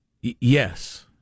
Yes